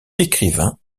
écrivain